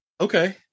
Okay